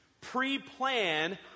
pre-plan